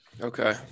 Okay